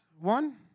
One